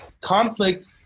conflict